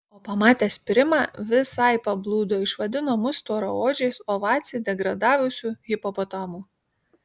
o pamatęs primą visai pablūdo išvadino mus storaodžiais o vacį degradavusiu hipopotamu